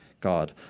God